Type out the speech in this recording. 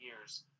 years